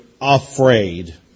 afraid